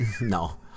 No